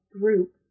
group